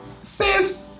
Sis